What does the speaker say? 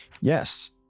Yes